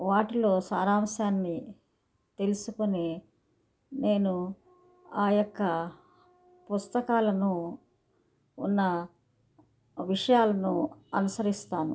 వాటిలో సారాంశాన్ని తెల్సుకుని నేను ఆ యొక్క పుస్తకాల్లో ఉన్న విషయాల్ను అనుసరిస్తాను